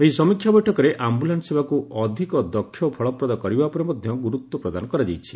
ଏହି ସମୀକ୍ଷା ବୈଠକରେ ଆମ୍ଭଲାନ୍ ସେବାକୁ ଅଧିକ ଦକ୍ଷ ଓ ଫଳପ୍ରଦ କରିବା ଉପରେ ମଧ୍ୟ ଗୁରୁତ୍ୱ ପ୍ରଦାନ କରାଯାଇଛି